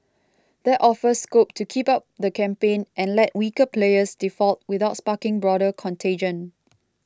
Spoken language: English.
that offers scope to keep up the campaign and let weaker players default without sparking broader contagion